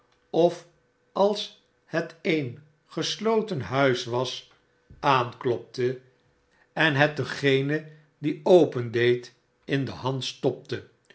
of als het een gesloten huis was aanklopte en het dengenen die opendeed in de hand stopte